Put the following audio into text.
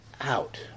out